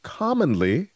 commonly